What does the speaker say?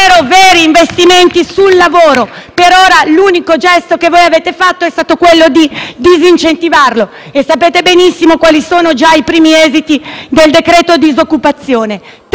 dal Gruppo L-SP-PSd'Az):* per ora, l'unico gesto che avete fatto è stato quello di disincentivarlo e sapete benissimo quali sono già i primi esiti del "decreto disoccupazione".